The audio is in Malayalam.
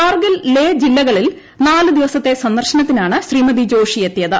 കാർഗിൽ ലേ ജില്ലകളിൽ നാല് ദിവസത്തെ സന്ദർശനത്തിനാണ് ശ്രീമതി ജോഷി എത്തിയത്